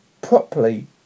properly